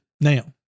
now